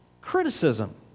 criticism